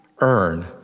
earn